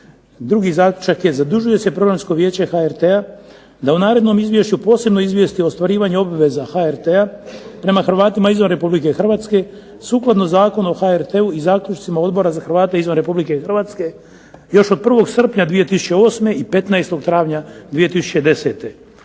koji glase: Prvo, zadužuje se Programsko vijeće HRT-a da u narednom Izvješću posebno izvijesti ostvarivanje obveza HRT-a prema Hrvatima izvan Republike Hrvatske sukladno Zakonu o HRT-u i Zaključcima Odbora za Hrvate izvan Republike Hrvatske od 1. srpnja 2008. godine i